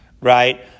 right